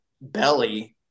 belly –